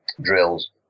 drills